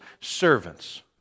servants